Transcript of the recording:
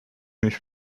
mich